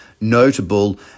notable